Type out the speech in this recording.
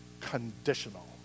conditional